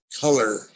color